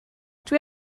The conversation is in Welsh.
dwi